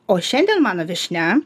o šiandien mano viešnia